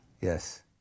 Yes